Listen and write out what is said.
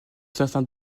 certains